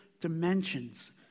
dimensions